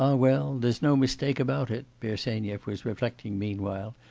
ah well, there's no mistake about it bersenyev was reflecting meanwhile,